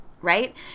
right